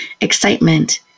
excitement